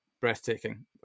breathtaking